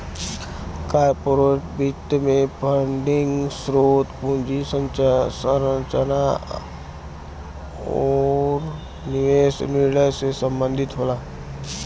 corporate वित्त में funding स्रोत, पूंजी संरचना आुर निवेश निर्णय से संबंधित होला